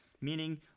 meaning